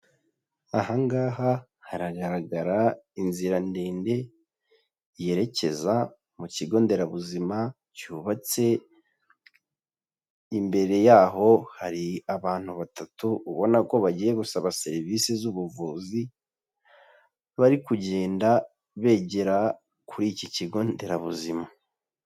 Aha ngaha haragaragara inzira ndende, yerekeza mu kigo nderabuzima cyubatse, imbere yaho hari abantu batatu ubona ko bagiye gusaba serivisi z'ubuvuzi, bari kugenda begera kuri iki kigo nderabuzima.